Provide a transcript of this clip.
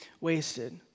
wasted